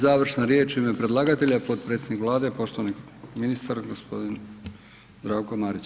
Završna riječ u ime predlagatelja potpredsjednik Vlade, poštovani ministar gospodin Zdravko Marić.